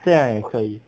现在可以